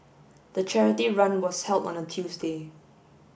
the charity run was held on a Tuesday